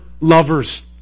lovers